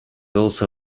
also